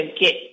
get